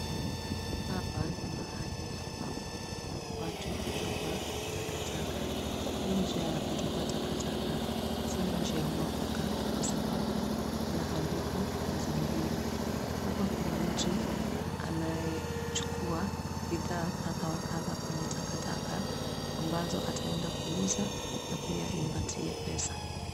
Hapa ni mahali ambapo watu hutupa takataka. Hii njia ya kutupa takataka sio njia mwafaka, kwa sababu inaharibu mazingira. Hapa kuna mtu anayechukua bidhaa kadha wa kadha kwenye takataka ambazo ataenda kuuza na pia impatie pesa.